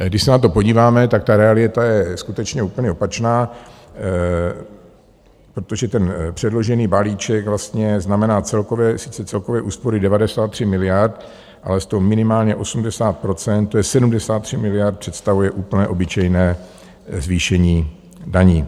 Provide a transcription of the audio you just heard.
Když se na to podíváme, tak ta realita je skutečně úplně opačná, protože ten předložený balíček vlastně znamená sice celkové úspory 93 miliard, ale z toho minimálně 80 %, to je 73 miliard, představuje úplně obyčejné zvýšení daní.